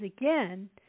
again